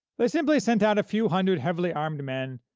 they simply sent out a few hundred heavily armed men,